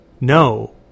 No